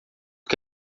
que